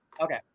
Okay